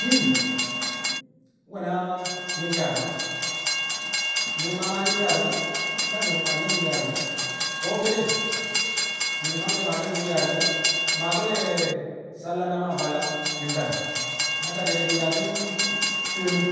Din we̱na nyim yaari̱me̱ ni̱bi̱ ma ma nyim yaari̱me̱ dang ni̱bi̱ maashi̱ nyim yaari̱me̱ ko̱ ki̱ni̱ng ni̱bi̱ mangke̱ maa nyim yaari̱me̱ maake̱l le̱ salla na balla ndam mwata diyen ni̱bi̱ yaa shi̱ ke̱e̱mi̱n